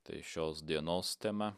tai šios dienos tema